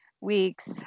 weeks